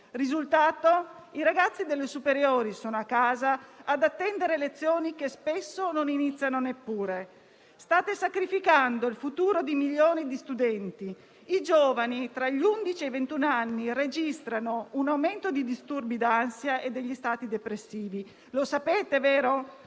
risultato è che i ragazzi delle superiori sono a casa ad attendere lezioni che spesso non iniziano neppure. State sacrificando il futuro di milioni di studenti. I giovani tra gli undici e i ventuno anni registrano un aumento di disturbi d'ansia e degli stati depressivi, lo sapete, vero?